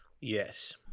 yes